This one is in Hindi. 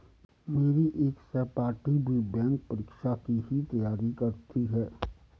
मेरी एक सहपाठी भी बैंक परीक्षा की ही तैयारी करती है